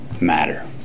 matter